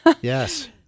Yes